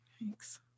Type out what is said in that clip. Thanks